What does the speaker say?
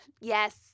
Yes